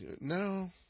No